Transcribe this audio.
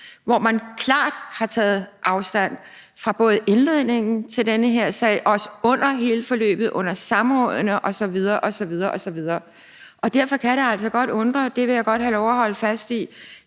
hvor man klart har taget afstand fra både indledningen til den her sag, også under hele forløbet, under samrådene osv. osv. Derfor kan det altså godt undre, det vil jeg godt have lov at holde fast i,